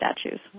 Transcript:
statues